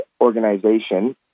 organization